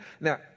now